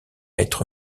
être